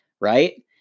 right